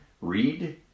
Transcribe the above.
read